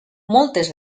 moltes